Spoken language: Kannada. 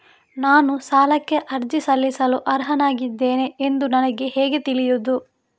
ನಾನು ಸಾಲಕ್ಕೆ ಅರ್ಜಿ ಸಲ್ಲಿಸಲು ಅರ್ಹನಾಗಿದ್ದೇನೆ ಎಂದು ನನಗೆ ಹೇಗೆ ತಿಳಿಯುದು?